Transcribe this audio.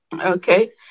Okay